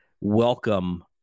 welcome